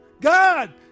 God